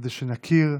כדי שנכיר,